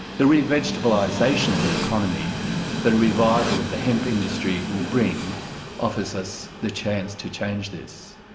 the re-vegetabilisation of the economy that a revival of the hemp industry will bring offers us the chance to change this.